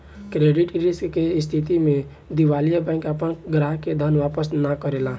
credit risk के स्थिति में दिवालिया बैंक आपना ग्राहक के धन वापस ना करेला